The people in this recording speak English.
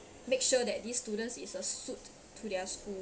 make sure that this student is a suit to their school